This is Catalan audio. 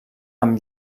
amb